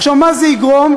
עכשיו, למה זה יגרום?